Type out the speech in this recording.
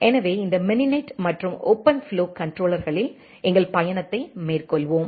எனவே இந்த மினினெட் மற்றும் ஓபன்ஃப்ளோ கன்ட்ரோலர்களில் எங்கள் பயணத்தை மேற்கொள்வோம்